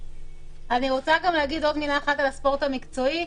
אני רוצה להגיד עוד מילה על הספורט המקצועי,